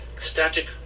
static